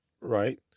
right